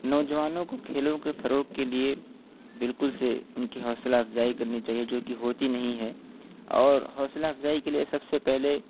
نوجوانوں کو کھیلوں کے فروغ کے لیے بالکل سے ان کی حوصلہ افزائی کرنی چاہیے جو کہ ہوتی نہیں ہے اور حوصلہ افزائی کے لیے سب سے پہلے